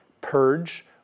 purge